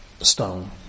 stone